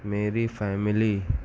میری فیملی